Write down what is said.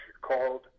called